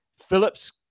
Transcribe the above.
Phillips